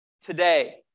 today